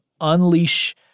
unleash